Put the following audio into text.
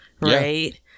right